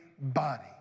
Body